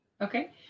Okay